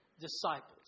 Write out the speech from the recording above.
disciples